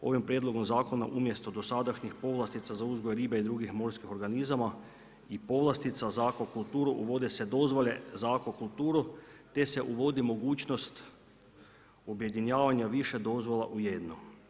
Ovim prijedlogom zakonom, umjesto dosadašnjih povlastica, za uzgoj ribe i drugih morskih organizama i povlastica za akvakulturu, uvode se dozvole za akvakulturu, te se uvodi mogućnost objedinjavanja više dozvola u jednu.